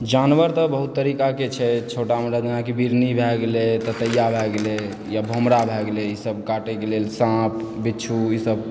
जानवर तऽ बहुत तरीकाके छै छोट जानवरमे अहाँकेँ बिढ़नी भए गेलै ततैया भए गेलै या भमरा भए गेलै ईसभ काटयके लेल साँप बिच्छू ईसभ